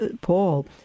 Paul